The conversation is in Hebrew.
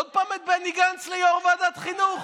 עוד פעם את בני גנץ ליו"ר ועדת החינוך?